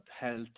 health